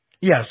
Yes